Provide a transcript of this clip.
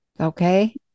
Okay